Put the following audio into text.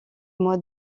mois